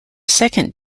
second